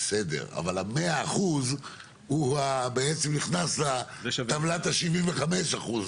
בסדר, אבל ה-100% הוא נכנס לטבלת ה-75%.